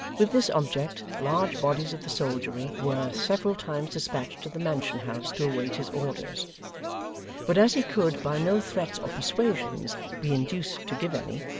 with this object, large bodies of the soldiery were several times despatched to the mansion house to await his orders but as he could, by no threats or persuasions, be induced to give any,